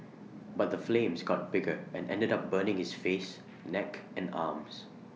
but the flames got bigger and ended up burning his face neck and arms